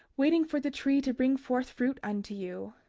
waiting for the tree to bring forth fruit unto you.